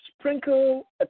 sprinkle